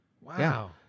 Wow